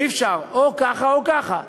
אי-אפשר, או ככה או ככה,